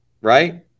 right